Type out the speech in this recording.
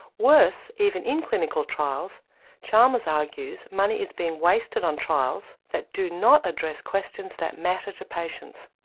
worse, even in clinical trials chalmers argues money is being wasted on trials that do not address questions that matter to patients.